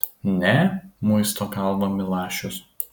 ne muisto galvą milašius